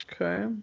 Okay